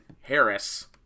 Harris